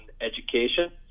education